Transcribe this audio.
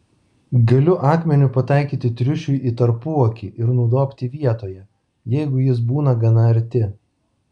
galiu akmeniu pataikyti triušiui į tarpuakį ir nudobti vietoje jeigu jis būna gana arti